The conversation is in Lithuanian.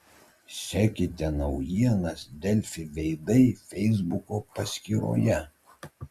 sekite naujienas delfi veidai feisbuko paskyroje